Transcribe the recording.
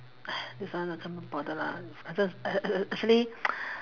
this one also don't bother lah ac~ ac~ actually